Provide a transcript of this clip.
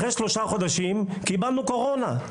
אחרי שלושה חודשים, קיבלנו קורונה.